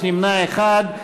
ויש נמנע אחד.